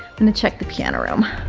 and check the piano room.